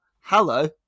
hello